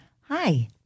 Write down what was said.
Hi